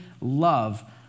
love